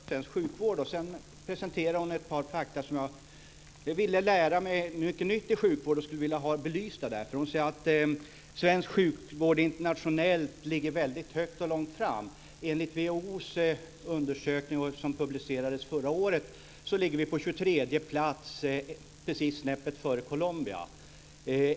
Fru talman! Ingrid Burman säger att det finns olika bilder av svensk sjukvård. Sedan presenterar hon ett par fakta som jag, som vill lära mig mycket nytt i sjukvården, skulle vilja ha belysta. Hon säger att svensk sjukvård internationellt sett ligger bra till och väldigt långt fram. Enligt WHO:s undersökning som publicerades förra året ligger Sverige på 23:e plats, precis snäppet före Colombia.